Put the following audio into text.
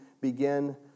begin